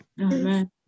Amen